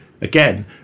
again